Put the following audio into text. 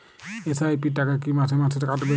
SIP র টাকা কী মাসে মাসে কাটবে?